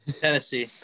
Tennessee